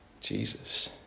Jesus